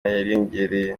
yariyongereye